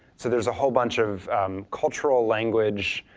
so there's a whole bunch of cultural, language,